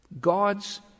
God's